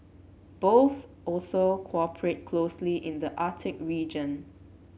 both also cooperate closely in the Arctic region